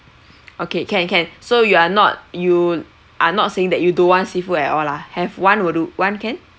okay can can so you are not you are not saying that you don't want seafood all lah have one will do one can